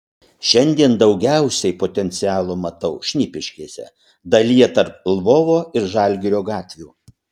šiandien daugiausiai potencialo matau šnipiškėse dalyje tarp lvovo ir žalgirio gatvių